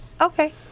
Okay